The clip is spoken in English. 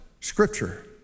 Scripture